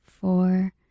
four